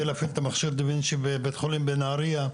להפעיל את מכשיר הדה וינצ'י בבית החולים בנהריה?